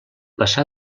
passà